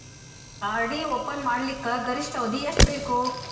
RD open ಮಾಡಲಿಕ್ಕ ಗರಿಷ್ಠ ಅವಧಿ ಎಷ್ಟ ಬೇಕು?